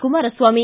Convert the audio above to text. Kumaraswamy